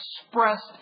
expressed